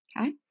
okay